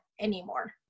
anymore